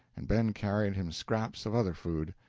and ben carried him scraps of other food.